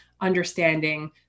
understanding